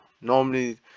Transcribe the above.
Normally